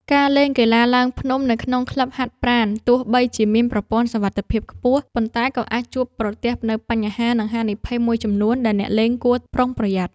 ការលេងកីឡាឡើងភ្នំនៅក្នុងក្លឹបហាត់ប្រាណ ទោះបីជាមានប្រព័ន្ធសុវត្ថិភាពខ្ពស់ ប៉ុន្តែក៏អាចជួបប្រទះនូវបញ្ហា និងហានិភ័យមួយចំនួនដែលអ្នកលេងគួរប្រុងប្រយ័ត្ន។